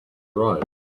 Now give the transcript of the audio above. arise